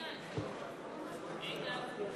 ההסתייגות